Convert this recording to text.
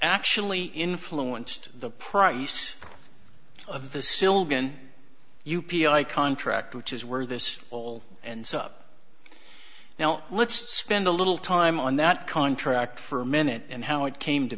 actually influenced the price of the sylvan u p i contract which is where this all ends up now let's spend a little time on that contract for a minute and how it came